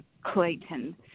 Clayton